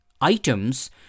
items